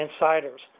insiders